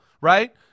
right